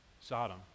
Sodom